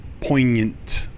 poignant